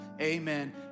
Amen